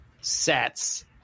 sets